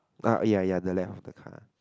ah ya ya the left of the car